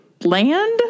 land